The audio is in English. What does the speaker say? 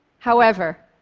however,